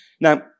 Now